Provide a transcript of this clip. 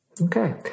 Okay